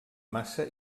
massa